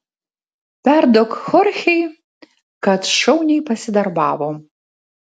perduok chorchei kad šauniai pasidarbavo